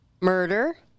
murder